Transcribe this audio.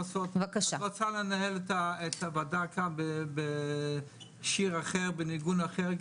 את רוצה לנהל את הוועדה כאן בשיר אחר ובניגון אחר,